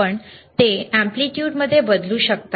आपण ते एम्पलीट्यूडमध्ये बदलू शकता